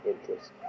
interests